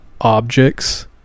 objects